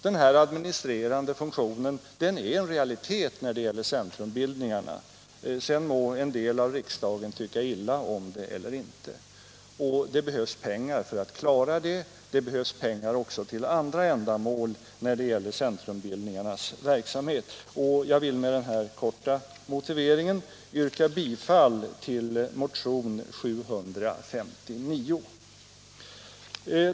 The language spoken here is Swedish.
Den här administrerande funktionen är en realitet när det gäller centrumbildningarna — sedan må en del av riksdagens ledamöter tycka illa om dem eller inte — och det behövs pengar för att klara den, liksom det behövs pengar också till andra ändamål när det gäller centrumbildningarnas verksamhet. Jag vill med den korta motiveringen yrka bifall till motionen 759.